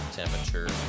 temperature